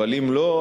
אבל אם לא,